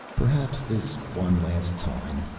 perhaps this one last time.